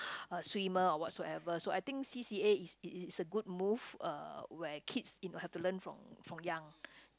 uh swimmer or what so ever so I think C_C_A is it is a good move uh where kids you know have to learn from from young